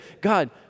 God